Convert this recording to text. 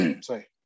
sorry